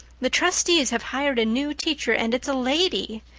the trustees have hired a new teacher and it's a lady.